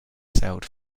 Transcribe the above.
sailed